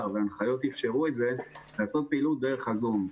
וההנחיות שאפשרו את זה לפעילות דרך הזום.